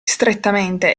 strettamente